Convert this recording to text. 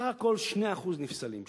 סך הכול 2% נפסלים.